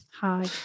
Hi